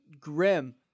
Grim